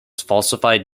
falsified